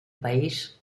país